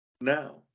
now